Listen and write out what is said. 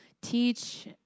teach